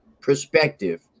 perspective